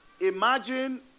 Imagine